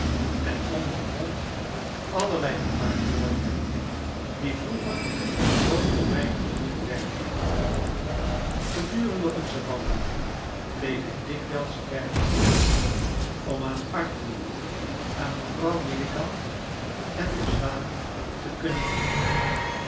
en ondervond allerlei gewaarwordingen die vroeger nooit door mij gevoeld werden gedurende onze wandelingen bleef ik dikwijls ver achter om aan arthur aan mevrouw milligan en de zwaan te kunnen denken